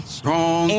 strong